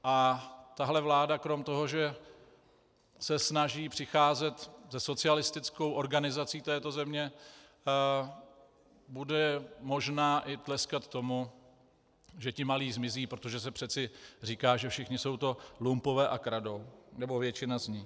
A tahle vláda krom toho, že se snaží přicházet se socialistickou organizací této země, bude možná i tleskat tomu, že ti malí zmizí, protože se přece říká, že všichni jsou to lumpové a kradou, nebo většina z nich.